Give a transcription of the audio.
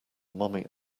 mommy